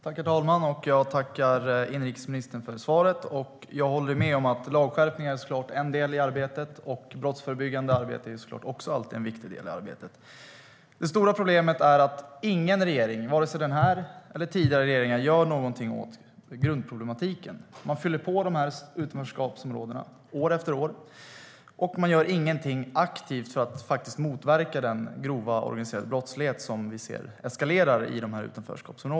Herr talman! Jag tackar inrikesministern för svaret. Jag håller med om att lagskärpningar såklart är en del i arbetet. Brottsförebyggande arbete är också alltid en viktig del. Det stora problemet är att ingen regering, vare sig den här eller tidigare regeringar, gör något åt grundproblematiken. Man fyller på de här utanförskapsområdena år efter år, och man gör ingenting aktivt för att motverka den grova organiserade brottslighet som vi ser eskalera.